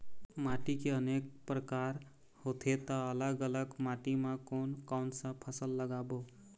माटी के अनेक प्रकार होथे ता अलग अलग माटी मा कोन कौन सा फसल लगाबो?